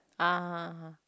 ah